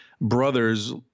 brothers